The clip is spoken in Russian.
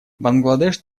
бангладеш